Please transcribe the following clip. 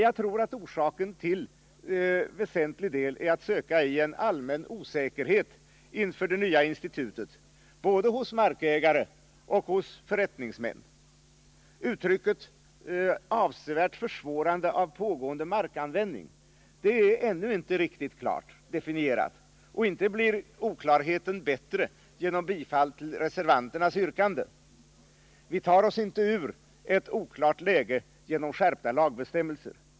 Jag tror orsaken till väsentlig del är att söka i en allmän osäkerhet inför det nya institutet både hos markägare och hos förrättningsmän. Uttrycket ”avsevärt försvårande av pågående markanvändning” är ännu inte riktigt klart definierat. Inte blir klarheten större genom bifall till reservanternas yrkande. Vi tar oss inte ur ett oklart läge genom skärpta lagbestämmelser.